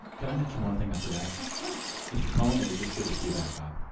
can i mention one thing i forgot? of course. mr. cohen, it is just good to see you back, bob.